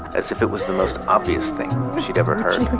as if it was the most obvious thing she'd ever heard